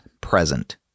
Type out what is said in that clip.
present